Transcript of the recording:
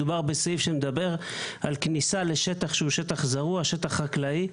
מדובר בסעיף שמדבר על כניסה לשטח זרוע, שטח חקלאי.